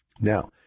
now